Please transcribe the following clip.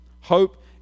Hope